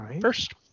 first